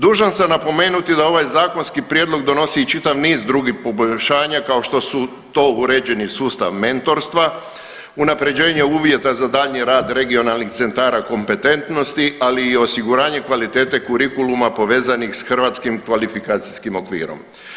Dužan sam napomenuti da ovaj zakonski prijedlog donosi i čitav niz drugih poboljšanja kao što su to uređeni sustav mentorstva, unaprjeđenje uvjeta za daljnji rad regionalnih centra kompetentnosti, ali i osiguranje kvalitete kurikuluma povezanih s hrvatskim kvalifikacijskim okvirom.